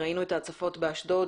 ראינו את ההצפות באשדוד,